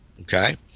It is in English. okay